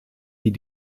wie